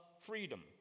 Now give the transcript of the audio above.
freedom